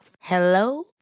Hello